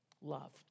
love